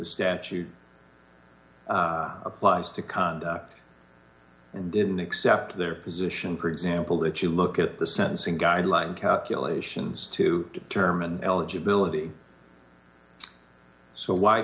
statute applies to conduct and didn't accept their position for example that you look at the sentencing guideline calculations to determine eligibility so why